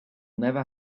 never